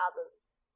others